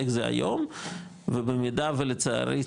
איך זה היום ובמידה ולצערי,